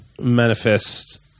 manifest